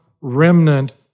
remnant